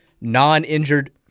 non-injured